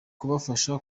kubafasha